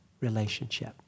relationship